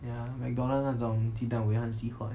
ya McDonald's 那种鸡蛋我也是很喜欢